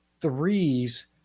threes